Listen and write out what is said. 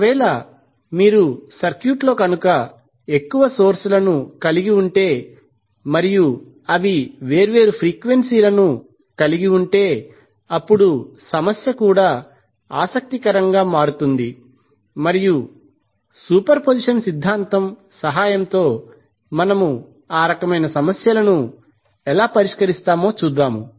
ఒకవేళ మీరు సర్క్యూట్లో కనుక ఎక్కువ సోర్స్ లను కలిగి ఉంటే మరియు అవి వేర్వేరు ఫ్రీక్వెన్సీ లను కలిగి ఉంటే అప్పుడు సమస్య కూడా ఆసక్తికరంగా మారుతుంది మరియు సూపర్ పొజిషన్ సిద్ధాంతం సహాయంతో మనము ఆ రకమైన సమస్యలను ఎలా పరిష్కరిస్తామో చూద్దాము